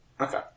Okay